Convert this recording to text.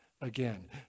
again